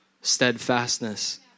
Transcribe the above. steadfastness